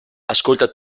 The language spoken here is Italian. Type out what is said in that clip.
ascolta